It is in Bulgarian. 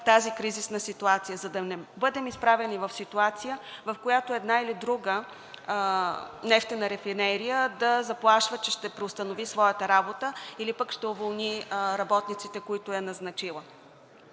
тази кризисна ситуация, за да не бъдем изправени в ситуация, в която една или друга нефтена рафинерия да заплашва, че ще преустанови своята работа или пък ще уволни работниците, които е назначила.